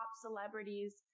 celebrities